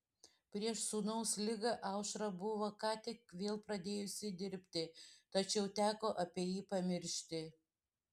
prieš sūnaus ligą aušra buvo ką tik vėl pradėjusi dirbti tačiau teko apie jį pamiršti